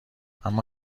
اما